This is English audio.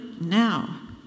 now